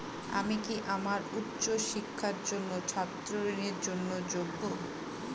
আমি কি আমার উচ্চ শিক্ষার জন্য ছাত্র ঋণের জন্য যোগ্য?